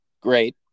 Great